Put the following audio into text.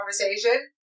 conversation